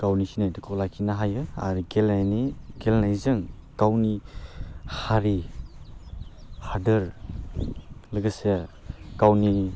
गावनि सिनायथिखौ लाखिनो हायो आरो गेलेयनि गेलेनायजों गावनि हारि हादोर लोगोसे गावनि